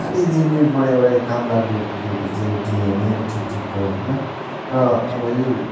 खालि जी न्युजबाट एउटा यो कामलाग्दो कुरो दिन्छ यो डिएनए र ठिक ठिक पोइन्टमा र अब यो